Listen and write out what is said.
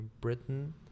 Britain